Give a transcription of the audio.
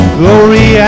glory